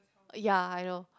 ya I know